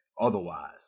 otherwise